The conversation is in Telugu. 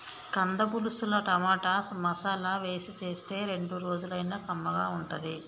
కంద పులుసుల టమాటా, మసాలా వేసి చేస్తే రెండు రోజులైనా కమ్మగా ఉంటది